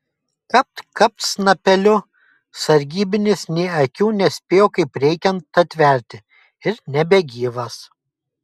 kapt kapt snapeliu sargybinis nė akių nespėjo kaip reikiant atverti ir nebegyvas